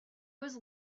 was